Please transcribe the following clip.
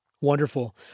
Wonderful